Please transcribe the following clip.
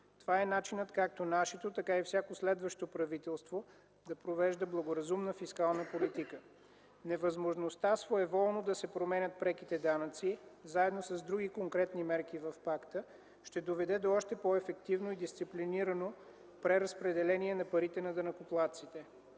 Това е начинът както нашето, така и всяко следващо правителство да провежда благоразумна фискална политика. Невъзможността своеволно да се променят преките данъци заедно с други конкретни мерки в Пакта ще доведе до още по-ефективно и дисциплинирано преразпределение на парите на данъкоплатците.